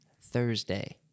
Thursday